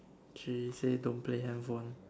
she say don't play handphone